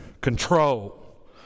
control